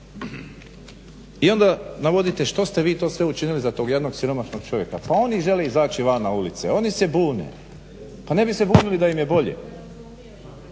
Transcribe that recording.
I onda navodite što ste vi to sve učinili za tog jadnog siromašnog čovjeka. Pa oni žele izaći van na ulice, oni se bune. Pa ne bi se bunili da im je bolje.